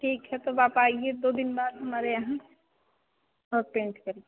ठीक है तब आप आइए दो दिन बाद हमारे यहाँ और पेन्ट करिए